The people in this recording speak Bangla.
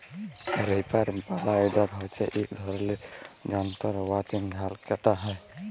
রিপার বাইলডার হছে ইক ধরলের যল্তর উয়াতে ধাল কাটা হ্যয়